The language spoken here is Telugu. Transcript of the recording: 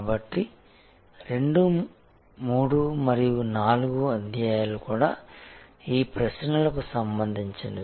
కాబట్టి 2 3 మరియు 4 అధ్యాయాలు కూడా ఈ ప్రశ్నలకు సంబంధించినవి